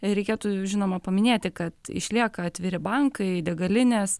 reikėtų žinoma paminėti kad išlieka atviri bankai degalinės